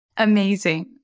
Amazing